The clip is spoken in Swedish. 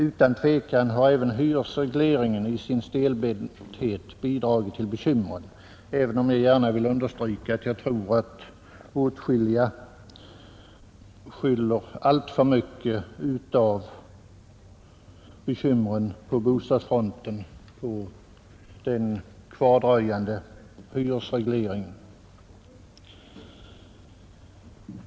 Utan tvivel har även hyresregleringen i sin stelbenthet bidragit till bekymren, även om jag gärna vill understryka att många nog skyller alltför mycket av svårigheterna på bostadsfronten på den kvardröjande hyresregleringen.